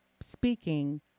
speaking